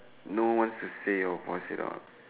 no one wants to say or express it out